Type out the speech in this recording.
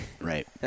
Right